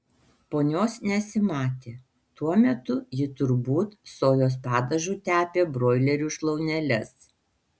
ponios nesimatė tuo metu ji turbūt sojos padažu tepė broilerių šlauneles